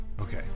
Okay